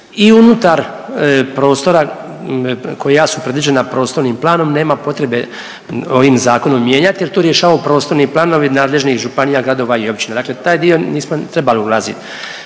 i unutar prostora koja su predviđena prostornim planom, nema potrebe ovim Zakonom mijenjati jer tu rješavaju prostorni planovi nadležnih županija, gradova i općina, dakle u taj dio nismo ni trebali ulaziti